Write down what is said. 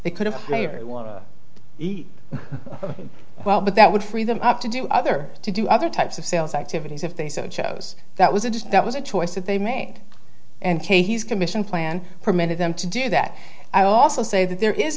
they could have may want to eat well but that would free them up to do other to do other types of sales activities if they so chose that was it just that was a choice that they made and k he's commission plan permitted them to do that i also say that there is